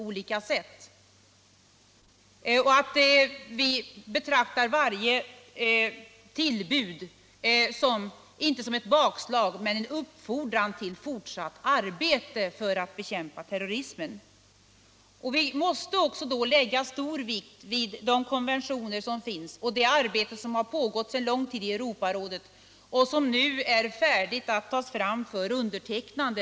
Vi betraktar varje tillbud inte som ett bakslag utan som en uppfordran till fortsatt arbete för att bekämpa terrorism. Då måste vi också lägga stor vikt vid de konventioner som finns. Arbetet på en konvention för bekämpande av terrorism har ju pågått sedan länge i Europarådet, och den är nu färdig att tas fram för undertecknande.